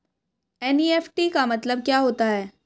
NEFT का मतलब क्या होता है?